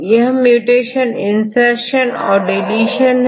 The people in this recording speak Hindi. छात्र म्यूटेशनInsertion यह म्यूटेशनinsertion औरdeletion हैं